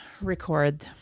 record